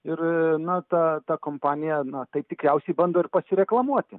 ir na ta ta kompanija na taip tikriausiai bando ir pasireklamuoti